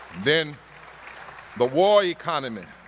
then the war economy